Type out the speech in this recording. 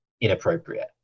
inappropriate